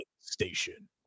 Station